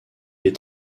est